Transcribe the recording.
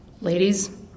Ladies